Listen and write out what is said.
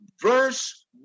verse